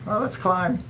um let's climb.